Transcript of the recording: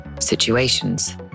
situations